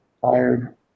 tired